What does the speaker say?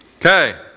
Okay